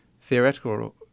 theoretical